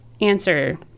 answer